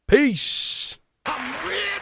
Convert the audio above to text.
Peace